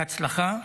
בהצלחה.